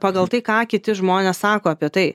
pagal tai ką kiti žmonės sako apie tai